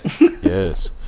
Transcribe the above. Yes